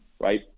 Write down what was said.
right